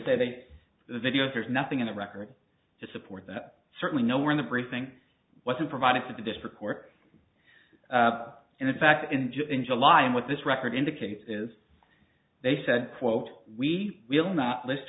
say they are the videos there's nothing in the record to support that certainly nowhere in the briefing wasn't provided to the district court and in fact in just in july and with this record indicates it is they said quote we will not list